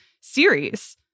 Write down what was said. series